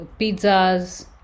pizzas